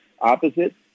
opposite